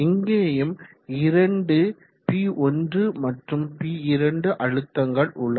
இங்கேயும் இரண்டு P1 மற்றும் P2 அழுத்தங்கள் உள்ளன